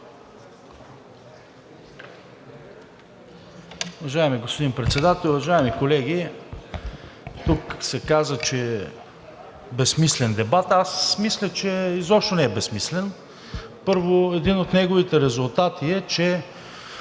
Уважаеми господин Председател, уважаеми колеги! Тук се каза, че е безсмислен дебатът. Аз мисля, че изобщо не е безсмислен. Първо, един от неговите резултати е, че